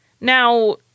Now